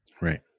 Right